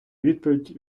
доповідь